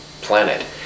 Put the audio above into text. planet